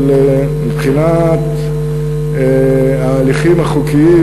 אבל מבחינת ההליכים החוקיים,